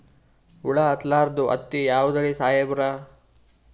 ಹುಳ ಹತ್ತಲಾರ್ದ ಹತ್ತಿ ಯಾವುದ್ರಿ ಸಾಹೇಬರ?